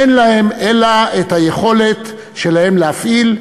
אין להם אלא היכולת שלהם להפעיל,